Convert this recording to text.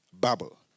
bubble